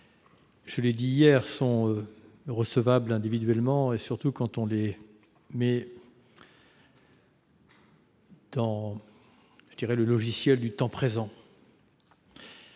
de l'affaiblir, sont recevables individuellement, surtout quand on les traite avec le logiciel du temps présent.